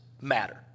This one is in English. matter